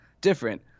different